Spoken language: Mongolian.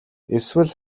эсвэл